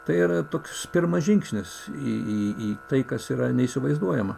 tai yra toks pirmas žingsnis į į į tai kas yra neįsivaizduojama